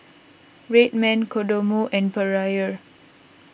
Red Man Kodomo and Perrier